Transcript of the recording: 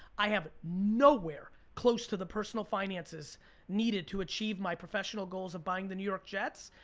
i have nowhere close to the personal finances needed to achieve my professional goals of buying the new york jets.